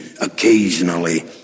occasionally